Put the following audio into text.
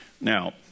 Now